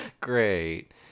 Great